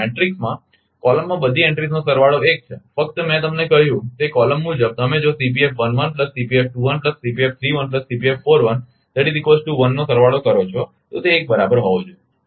મેટ્રિક્સમાં કોલમમાં બધી એન્ટ્રીસનો સરવાળો એક છે ફકત મેં તમને કહ્યું તે કોલમ મુજબ તમે જો નો સરવાળો કરો છો તો તે 1 બરાબર હોવો જોઈએ